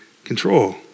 control